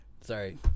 Sorry